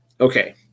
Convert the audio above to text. Okay